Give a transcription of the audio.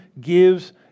gives